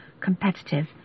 competitive